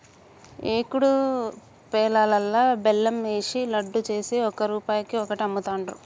ఏకుడు పేలాలల్లా బెల్లం ఏషి లడ్డు చేసి ఒక్క రూపాయికి ఒక్కటి అమ్ముతాండ్రు